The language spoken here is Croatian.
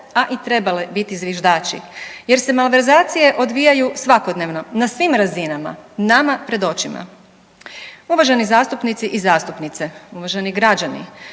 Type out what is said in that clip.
a i trebale biti zviždači jer se malverzacije odvijaju svakodnevno na svim razinama nama pred očima. Uvaženi zastupnici i zastupnice, uvaženi građani,